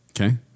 Okay